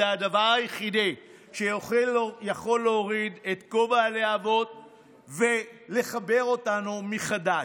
זה הדבר היחידי שיכול להוריד את גובה הלהבות ולחבר אותנו מחדש,